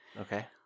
Okay